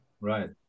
Right